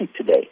today